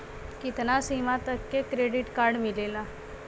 कितना सीमा तक के क्रेडिट कार्ड मिलेला?